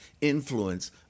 influence